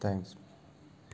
thanks